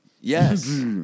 Yes